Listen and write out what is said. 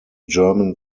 german